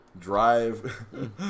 drive